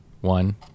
One